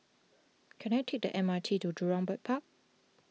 can I take the M R T to Jurong Bird Park